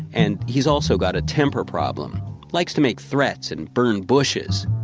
and he's also got a temper problem likes to make threats and burn bushes.